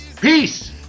Peace